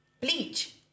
Bleach